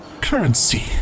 Currency